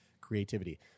creativity